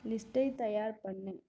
லிஸ்ட்டை தயார் பண்ணு